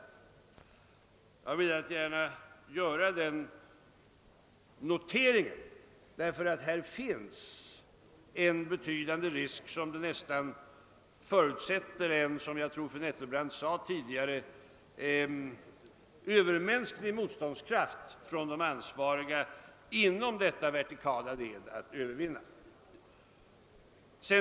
Jag har gärna velat göra denna notering därför att här finns en betydande risk som det nästan behövs — jag tror att fru Nettelbrandt sade det tidigare — övermänsklig motståndskraft hos de ansvariga inom detta vertikala led för att övervinna.